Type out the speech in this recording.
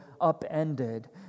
upended